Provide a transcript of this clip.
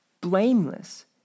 blameless